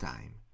Time